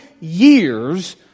years